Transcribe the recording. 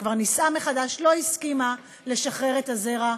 שכבר נישאה מחדש, לא הסכימה לשחרר את הזרע,